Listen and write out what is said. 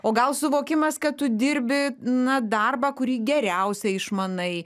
o gal suvokimas kad tu dirbi na darbą kurį geriausiai išmanai